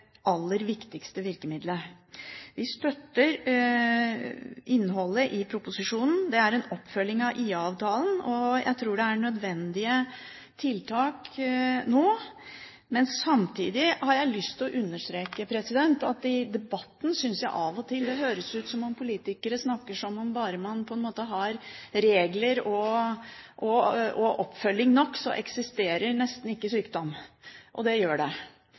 aller viktigste virkemiddelet. Vi støtter innholdet i proposisjonen. Det er en oppfølging av IA-avtalen, og jeg tror det er nødvendige tiltak nå. Men samtidig har jeg lyst til å understreke at det av og til i debatten høres ut som om politikere snakker som om bare man har regler og oppfølging nok, så eksisterer nesten ikke sykdom. Men det gjør det.